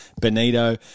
bonito